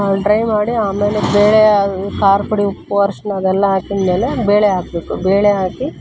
dry ಮಾಡಿ ಆಮೇಲೆ ಬೇಳೆಯ ಖಾರ ಪುಡಿ ಉಪ್ಪು ಅರ್ಶಿಣ ಅದೆಲ್ಲ ಹಾಕಿದ್ಮೇಲೆ ಬೇಳೆ ಹಾಕಬೇಕು ಬೇಳೆ ಹಾಕಿ